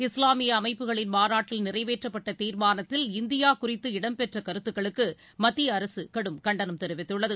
இஸ்லாமியஅமைப்புகளின் நிறைவேற்றப்பட்டதீர்மானத்தில் இந்தியாகுறித்து இடம்பெற்றகருத்துகளுக்குமத்தியஅரசுகடும் கண்டனம் தெரிவித்துள்ளது